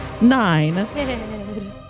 nine